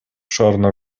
шаарына